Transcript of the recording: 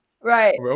Right